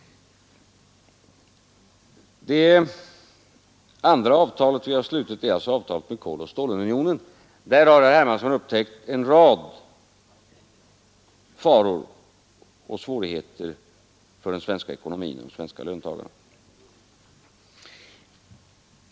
; Det andra avtal vi har slutit är avtalet med Koloch stålunionen. Där har herr Hermansson upptäckt en rad faror och svårigheter för den svenska ekonomin och de svenska löntagarna.